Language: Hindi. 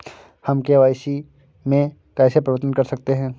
हम के.वाई.सी में कैसे परिवर्तन कर सकते हैं?